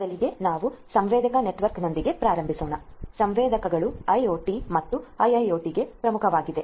ಆದ್ದರಿಂದ ಮೊದಲು ನಾವು ಸೆನ್ಸರ್ ನೆಟ್ವರ್ಕ್ನೊಂದಿಗೆ ಪ್ರಾರಂಭಿಸೋಣ ಸೆನ್ಸರ್ಗಳು ಐಒಟಿIoT ಮತ್ತು ಐಐಒಟಿIIoTಗೆ ಪ್ರಮುಖವಾಗಿವೆ